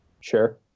Sure